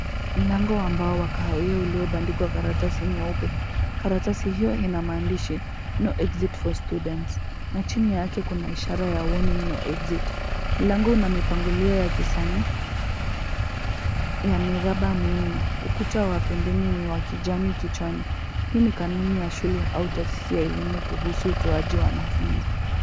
Mlango wa mbao wa kahawia uliobandikwa karatasi nyeupe. Karatasi hiyo ina maandishi no exit for students na chini yake kuna ishara ya warning no exit . Mlango una mpangilio ya kisanii ya miraba minne. Ukuta wa pembeni ni wa kijani kichwani. Hii ni kanuni ya shule au taasisi ya elimu kuhusu utoaji wanafunzi.